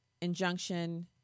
injunction